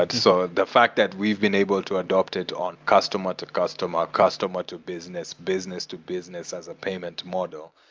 ah so ah the fact that we've been able to adopt it on customer to customer, ah customer to business, business to business as a payment model,